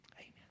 Amen